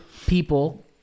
people